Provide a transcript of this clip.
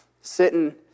sitting